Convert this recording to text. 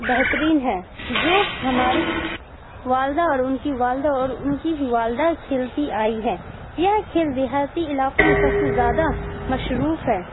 بہترین ہے جو ہماری والدہ اور ان کی والدہ اور ان کی بھی والدہ کھیلتی آئی ہے یہ کھیل دیہاتی علاقوں میں سب سے زیادہ مشہور ہے